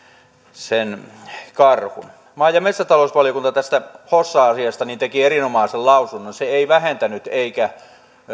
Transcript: sen karhun maa ja metsätalousvaliokunta tästä hossa asiasta teki erinomaisen lausunnon se ei vähentänyt eikä